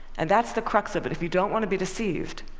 and that's the crux of it. if you don't want to be deceived,